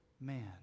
man